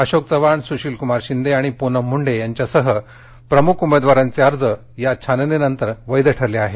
अशोक चव्हाण सुशिलकुमार शिंदे आणि पूनम मुंडे यांच्यासह प्रमुख उमेदवारांचे अर्ज छाननीनंतर वैध ठरले आहेत